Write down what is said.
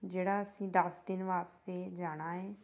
ਜਿਹੜਾ ਅਸੀਂ ਦਸ ਦਿਨ ਵਾਸਤੇ ਜਾਣਾ ਹੈ